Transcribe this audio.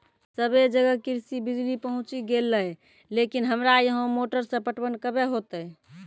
सबे जगह कृषि बिज़ली पहुंची गेलै लेकिन हमरा यहाँ मोटर से पटवन कबे होतय?